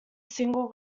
single